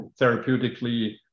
therapeutically